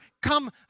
come